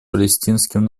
палестинским